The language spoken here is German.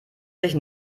sich